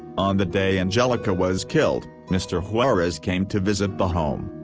on the day anjelica was killed, mr. juarez came to visit the home.